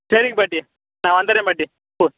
சரிங்கப் பாட்டி நான் வந்தடுறேன் பாட்டி போது